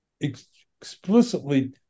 explicitly